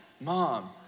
mom